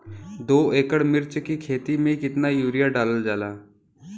दो एकड़ मिर्च की खेती में कितना यूरिया डालल जाला?